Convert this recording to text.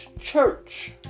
church